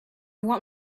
want